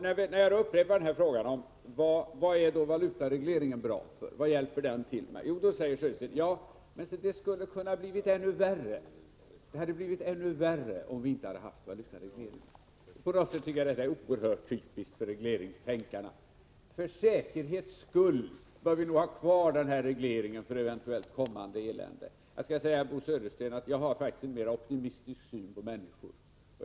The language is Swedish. När jag upprepar frågan vad som är syftet med valutaregleringen säger Bo Södersten: Det skulle ha kunnat bli ännu värre om vi inte hade haft valutaregleringen. På något sätt är detta oerhört typiskt för regleringstänkarna. För säkerhets skull bör vi ha kvar den här regleringen, med tanke på eventuellt kommande elände. Jag vill säga till Bo Södersten att jag har en mera optimistisk syn på människor.